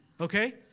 Okay